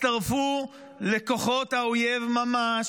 הצטרפו לכוחות האויב ממש.